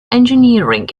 engineering